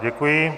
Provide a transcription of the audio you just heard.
Děkuji.